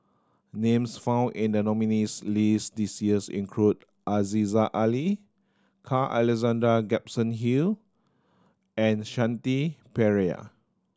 names found in the nominees' list this years include Aziza Ali Carl Alexander Gibson Hill and Shanti Pereira